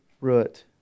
root